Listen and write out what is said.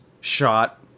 shot